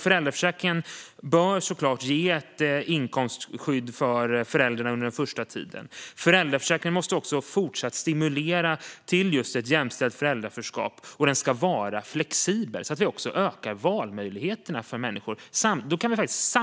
Föräldraförsäkringen bör självklart ge ett inkomstskydd för föräldrarna under den första tiden, och föräldraförsäkringen måste fortsatt stimulera till just ett jämställt föräldraskap. Den ska även vara flexibel, så att vi ökar valmöjligheterna för människor. Då kan vi faktiskt